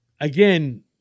Again